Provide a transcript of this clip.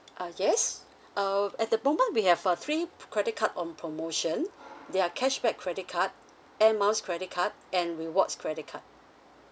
uh yes uh at the moment we have uh three credit card on promotion there are cashback credit card air miles credit card and rewards credit card